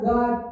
God